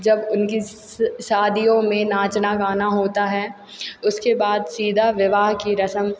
जब उनकी शादियों में नाचना गाना होता है उसके बाद सीधा विवाह की रस्म